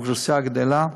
האוכלוסייה גדלה,